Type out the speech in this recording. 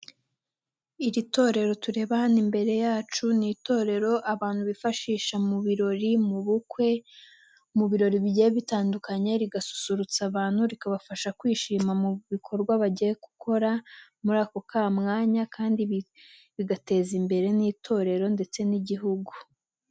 Iri torero tureba hano imbere yacu n'itorero abantu bifashisha mu birori, mu bukwe, mu birori bigiye bitandukanye, rigasusurutsa abantu rikabafasha kwishima mu bikorwa bagiye gukora muri ako ka mwanya kandi bigateza imbere n'itorero ndetse n'igihugu.